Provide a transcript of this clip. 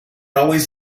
always